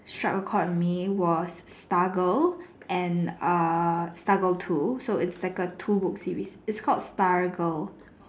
struck a cord in me was star girl and uh star girl two so it's like a two book series it's called star girl